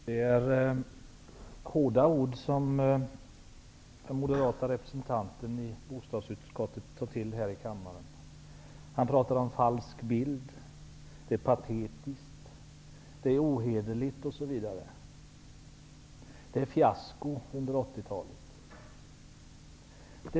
Herr talman! Det är hårda ord som den moderata representanten i bostadsutskottet tar till här i kammaren. Han pratar om en falsk bild, att det är patetiskt, att det är ohederligt, att det är fiasko under 80-talet osv.